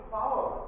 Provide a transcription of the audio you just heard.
power